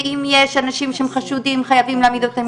ואם יש אנשים שהם חשודים חייבים להעמיד אותם